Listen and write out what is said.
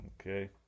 Okay